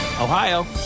Ohio